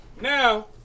Now